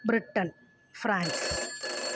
Britain France